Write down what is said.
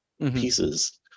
pieces